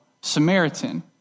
Samaritan